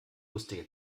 lustige